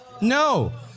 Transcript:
No